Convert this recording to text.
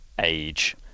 age